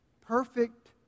Perfect